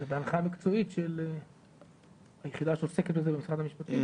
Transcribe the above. בהנחיה מקצועית של היחידה שעוסקת בזה במשרד המקצועית.